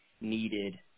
needed